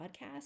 podcast